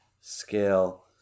scale